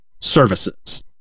services